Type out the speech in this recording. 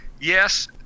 Yes –